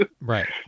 Right